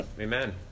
amen